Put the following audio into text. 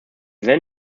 then